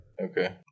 Okay